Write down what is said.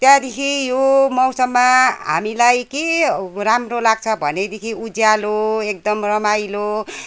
त्यहाँदेखि यो मौसममा हामीलाई के राम्रो लाग्छ भनेदेखि उज्यालो एकदम रमाइलो